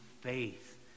faith